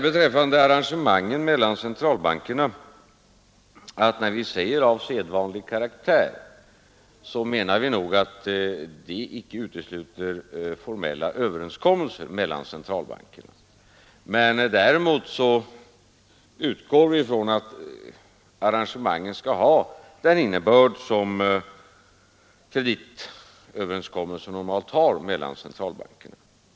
Beträffande arrangemangen mellan centralbankerna kan jag nämna att när vi säger ”av sedvanlig karaktär” så menar vi nog att det icke utesluter formella överenskommelser mellan centralbankerna. Men däremot utgår vi från att arrangemangen skall ha den innebörd som kreditöverenskommelser mellan centralbankerna normalt har.